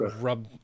rub